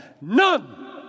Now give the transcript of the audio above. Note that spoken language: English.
none